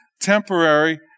temporary